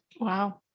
Wow